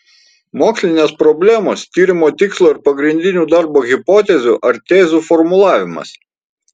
mokslinės problemos tyrimo tikslo ir pagrindinių darbo hipotezių ar tezių formulavimas